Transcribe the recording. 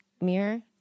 mirror